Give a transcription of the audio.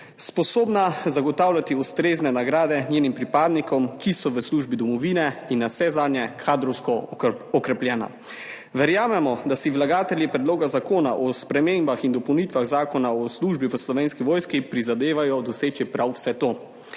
sposobna zagotavljati ustrezne nagrade svojim pripadnikom, ki so v službi domovine, in navsezadnje kadrovsko okrepljena. Verjamemo, da si vlagatelji Predloga zakona o spremembah in dopolnitvah Zakona o službi v Slovenski vojski prizadevajo doseči prav vse to.